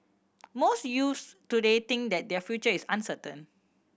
most youths today think that their future is uncertain